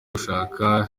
gushaka